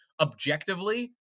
objectively